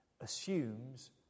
assumes